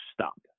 stop